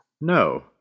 No